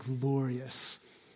glorious